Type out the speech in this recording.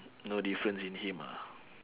no difference in him ah